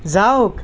যাওঁক